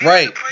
Right